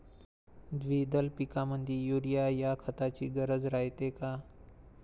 द्विदल पिकामंदी युरीया या खताची गरज रायते का?